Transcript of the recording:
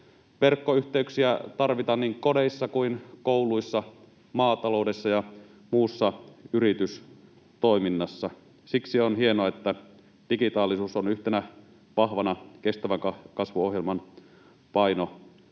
verkkoyhteyksiä tarvitaan niin kodeissa kuin kouluissa, maataloudessa ja muussa yritystoiminnassa. Siksi on hienoa, että digitaalisuus on yhtenä vahvana kestävän kasvun ohjelman